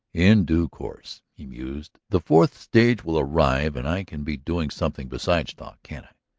in due course, he mused, the fourth stage will arrive and i can be doing something besides talk, can't i?